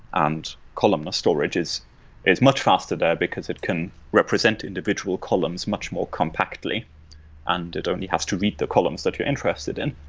and columnar storage is is much faster there because it can represent individual columns much more compactly and it only has to read the columns that you're interested in.